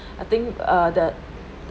I think err that